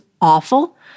awful